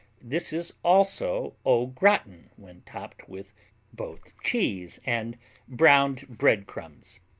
this is also au gratin when topped with both cheese and browned bread crumbs.